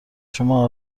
شما